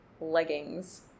leggings